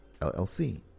LLC